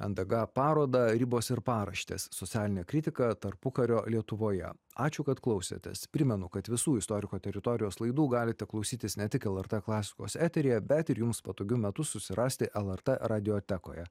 ndg parodą ribos ir paraštės socialinė kritika tarpukario lietuvoje ačiū kad klausėtės primenu kad visų istoriko teritorijos laidų galite klausytis ne tik lrt klasikos eteryje bet ir jums patogiu metu susirasti lrt radiotekoje